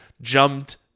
jumped